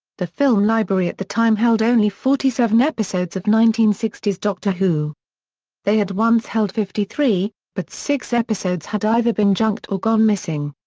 the film library at the time held only forty seven episodes of nineteen sixty s doctor who they had once held fifty three, but six episodes had either been junked or gone missing.